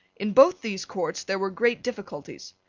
in both these courts there were great difficulties.